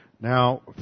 Now